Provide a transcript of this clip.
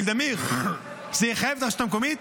ולדימיר, זה יחייב את הרשות המקומית?